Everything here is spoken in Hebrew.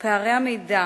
פערי המידע